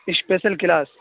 special class